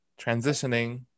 transitioning